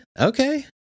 Okay